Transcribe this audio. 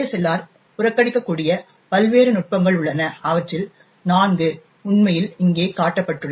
ASLR புறக்கணிக்கக்கூடிய பல்வேறு நுட்பங்கள் உள்ளன அவற்றில் நான்கு உண்மையில் இங்கே காட்டப்பட்டுள்ளன